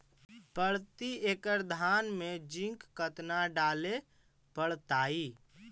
प्रती एकड़ धान मे जिंक कतना डाले पड़ताई?